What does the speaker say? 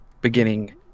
beginning